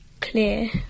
clear